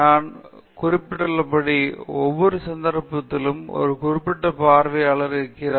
நான் குறிப்பிட்டுள்ளபடி ஒவ்வொரு சந்தர்ப்பத்திலும் ஒரு குறிப்பிட்ட பார்வையாளர்கள் இருக்கிறார்கள்